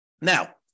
Now